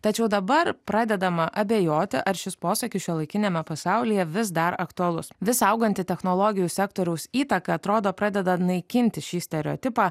tačiau dabar pradedama abejoti ar šis posakis šiuolaikiniame pasaulyje vis dar aktualus vis auganti technologijų sektoriaus įtaka atrodo pradeda naikinti šį stereotipą